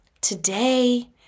Today